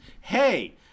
hey